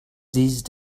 these